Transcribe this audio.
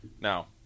Now